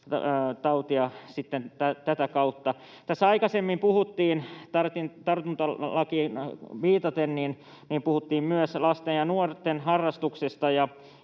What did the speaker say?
tautia tätä kautta. Tässä aikaisemmin puhuttiin tartuntalakiin viitaten myös lasten ja nuorten harrastuksista.